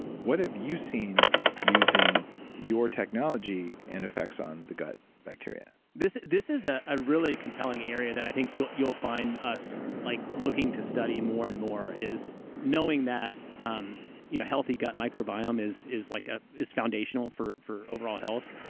what have you seen using your technology and effects on the gut bacteria? this this is ah a really compelling area that i think you'll you'll find us like looking to study more and more is knowing that um you know healthy gut microbiome is is like ah foundational for for overall health.